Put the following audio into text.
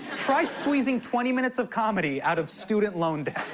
try squeezing twenty minutes of comedy out of student loan debt.